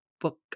book